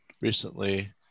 recently